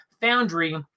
Foundry